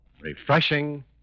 refreshing